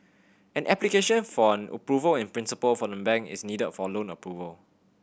an application for an Approval in Principle from the bank is needed for loan approval